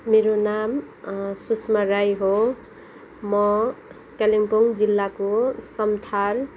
मेरो नाम सुषमा राई हो म कालिम्पोङ जिल्लाको समथार